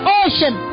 ocean